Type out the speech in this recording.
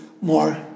more